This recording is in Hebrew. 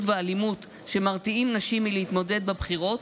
ואלימות שמרתיעים נשים מלהתמודד בבחירות,